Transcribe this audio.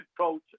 coach